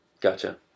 Gotcha